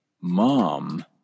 mom